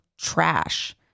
trash